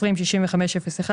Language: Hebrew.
206501,